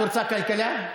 את רוצה לוועדת לכלכלה?